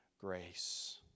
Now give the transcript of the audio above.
grace